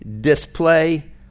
display